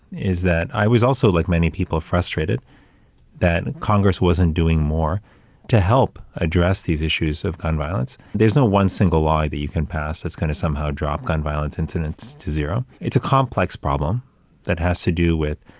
is that i was also, like many people, frustrated that congress wasn't doing more to help address these issues of gun violence. there's no one single law that you can pass that's going to somehow drop gun violence incidents to zero. it's a complex problem that has to do with,